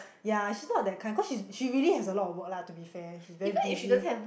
ya she's not that kind cause she she really has a lot of work lah to be fair she's very busy